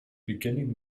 beginning